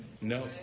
No